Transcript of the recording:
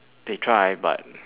they try but